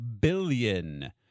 billion